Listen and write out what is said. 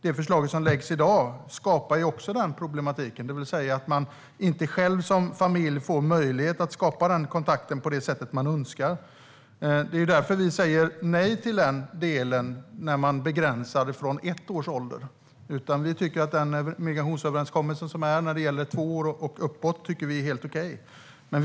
Det förslag som lagts fram skapar problematiken att man själv som familj inte får möjlighet att skapa den kontakten på det sätt man önskar. Det är därför vi säger nej till att begränsa detta från ett års ålder. Vi tycker att den migrationsöverenskommelse som finns är helt okej när det gäller tiden från två år och uppåt.